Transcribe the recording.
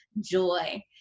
joy